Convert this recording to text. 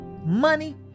money